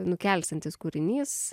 nukelsiantis kūrinys